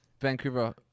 Vancouver